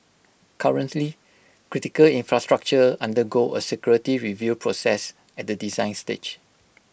currently critical infrastructure undergo A security review process at the design stage